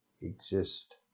exist